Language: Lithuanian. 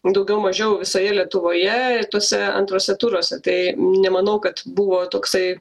daugiau mažiau visoje lietuvoje ir tuose antruose turuose tai nemanau kad buvo toksai